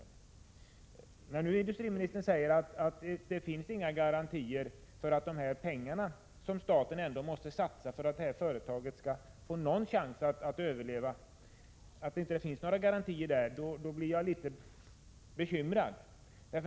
När industriministern nu säger att det inte finns några garantier för de pengar som staten måste satsa för att företaget skall få någon chans att överleva, blir jag litet bekymrad.